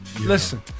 Listen